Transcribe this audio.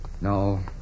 No